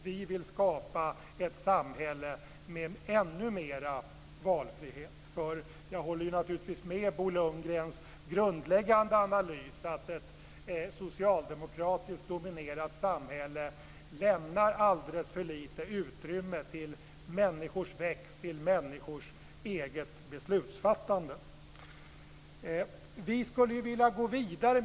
Vi vill skapa ett samhälle med ännu mera valfrihet. Jag håller med om Bo Lundgrens grundläggande analys, att ett socialdemokratiskt dominerat samhälle lämnar alldeles för lite utrymme för människor att växa och fatta egna beslut. Vi skulle vilja gå vidare.